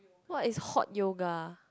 what is hot yoga